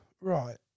Right